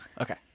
Okay